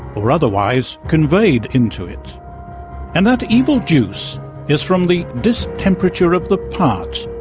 or otherwise conveyed into it and that evil juice is from the distemperature of the part,